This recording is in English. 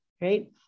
right